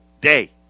day